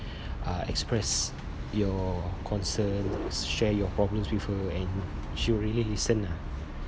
uh express your concerns share your problems with her and she will really listen ah